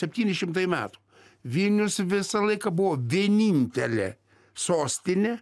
septyni šimtai metų vilnius visą laiką buvo vienintelė sostinė